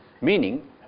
Meaning